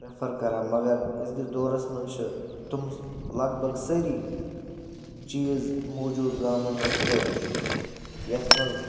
prefer کَران مگر أزکِس دورَس منٛز چھِ تِم لگ بگ سٲری چیٖز موٗجوٗد گامَن منٛز تہِ یَتھ منٛز